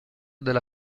della